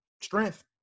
strength